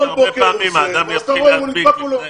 כל בוקר הוא עושה ואז אתה רואה אם הוא נדבק או לא.